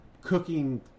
cooking